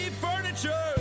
Furniture